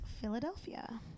Philadelphia